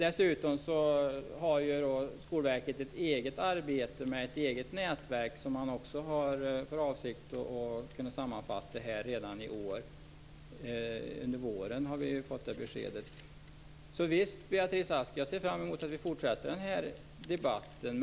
Dessutom har Skolverket ett eget arbete med ett eget nätverk som man också har för avsikt att kunna sammanfatta redan i år. Under våren har vi fått det beskedet. Så visst, Beatrice Ask, ser jag fram emot att vi fortsätter den här debatten.